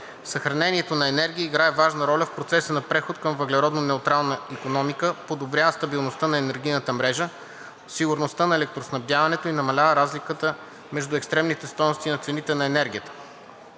Съхранението на енергия играе важна роля в процеса на преход към въглеродно неутрална икономика, подобрява стабилността на енергийната мрежа, сигурността на електроснабдяването и намалява разликата между екстремните стойности на цените на енергията.